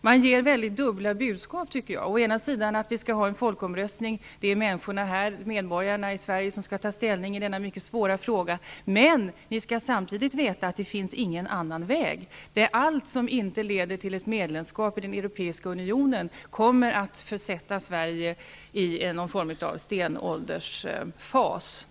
Man ger dubbla budskap: Å ena sidan skall vi ha en folkomröstning -- det är medborgarna i Sverige som skall ta ställning i denna mycket svåra fråga. Men å andra sidan skall vi veta att det inte finns någon annan väg -- allt som inte leder till ett medlemskap i den europeiska unionen kommer att försätta Sverige i någon form av stenåldersfas.